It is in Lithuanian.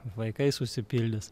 vaikais užsipildys